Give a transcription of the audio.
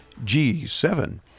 G7